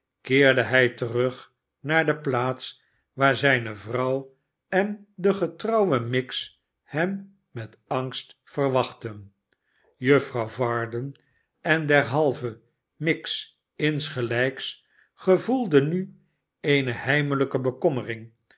keerde hij terug naar de plaats waar zijne vrouw en de getrouwe miggs hem met angst verwachtten juffrouw varden en derhalve miggs insgelijks gevoelde nu eene hermehjke